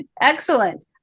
Excellent